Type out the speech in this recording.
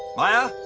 maya!